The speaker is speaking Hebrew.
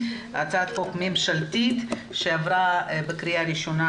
הצעת חוק ממשלתית שעברה במליאת הכנסת בקריאה ראשונה